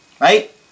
right